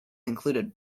included